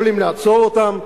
יכולים לעצור אותם,